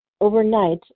Overnight